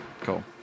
Cool